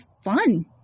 fun